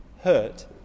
hurt